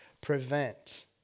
prevent